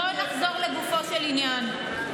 בוא נחזור לגופו של עניין.